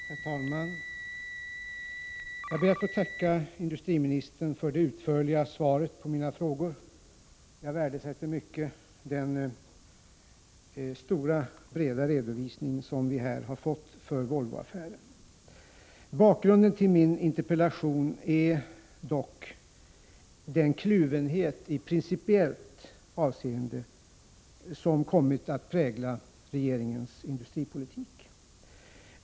Herr talman! Jag ber att få tacka industriministern för det utförliga svaret — 1 april 1986 på mina frågor. Jag värdesätter mycket den stora och breda redovisning som vi här fått för Volvoaffären. Bakgrunden till min interpellation är dock den kluvenhet i principiellt avseende som kommit att prägla regeringens industripolitik.